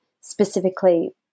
specifically